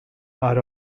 are